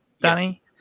Danny